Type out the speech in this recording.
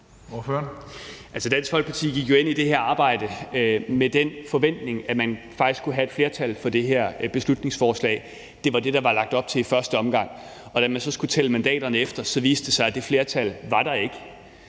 Dansk Folkeparti gik jo ind i det her arbejde med den forventning, at man faktisk skulle have et flertal for det her beslutningsforslag. Det var det, der var lagt op til i første omgang. Da man så skulle tælle mandaterne efter, viste det sig, at det flertal ikke